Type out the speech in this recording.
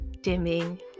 dimming